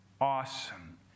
awesome